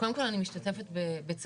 קודם כל, אני משתתפת בצערכם.